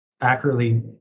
accurately